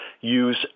use